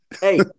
Hey